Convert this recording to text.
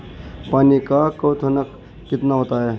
पानी का क्वथनांक कितना होता है?